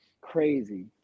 crazy